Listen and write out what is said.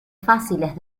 fáciles